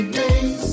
days